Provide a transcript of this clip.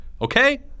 Okay